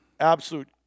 absolute